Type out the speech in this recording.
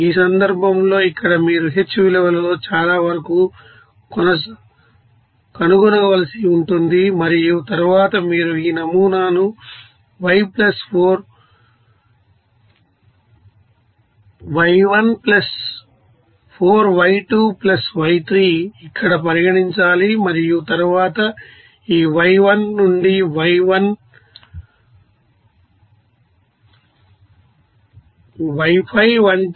ఈ సందర్భంలో ఇక్కడ మీరు h విలువలో చాలావరకు కనుగొనవలసి ఉంటుంది మరియు తరువాత మీరు ఈ నమూనాను ఇక్కడ పరిగణించాలి మరియు తరువాత ఈ y3 నుండి y5 వంటి